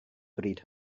bryd